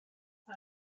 but